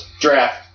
Draft